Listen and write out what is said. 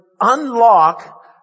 unlock